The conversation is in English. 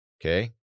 Okay